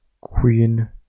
Queen